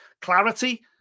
clarity